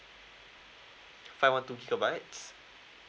five one two gigabytes